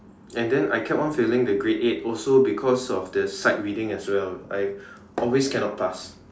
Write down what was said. and then I kept on failing the grade eight also because of the sight reading as well I always cannot pass